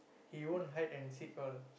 he won't hide and seek all